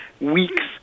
weeks